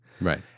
Right